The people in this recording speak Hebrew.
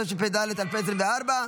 התשפ"ד 2024,